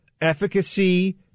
efficacy